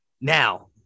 now